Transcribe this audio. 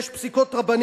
יש פסיקות רבנים,